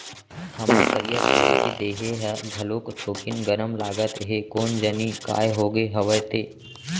हमर करिया छेरी के देहे ह घलोक थोकिन गरम लागत हे कोन जनी काय होगे हवय ते?